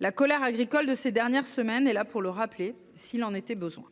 La colère agricole de ces dernières semaines est là pour le rappeler, s’il en était besoin.